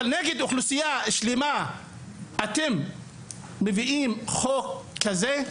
אבל נגד אוכלוסייה שלמה אתם מביאים חוק כזה?